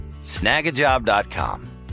Snagajob.com